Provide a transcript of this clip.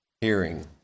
hearing